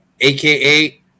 AKA